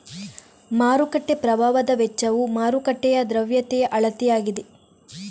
ಮಾರುಕಟ್ಟೆ ಪ್ರಭಾವದ ವೆಚ್ಚವು ಮಾರುಕಟ್ಟೆಯ ದ್ರವ್ಯತೆಯ ಅಳತೆಯಾಗಿದೆ